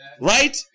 Right